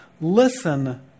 listen